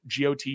GOT